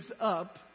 up